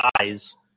eyes